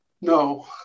No